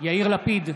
יאיר לפיד,